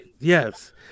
yes